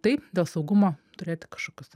taip dėl saugumo turėti kažkokius